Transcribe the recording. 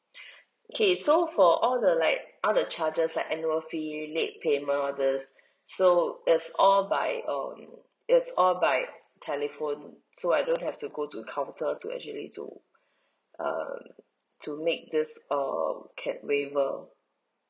okay so for all the like all the charges like annual fee late payment all this so it's all by um it's all by telephone so I don't have to go to counter to actually to uh to make this um cap waiver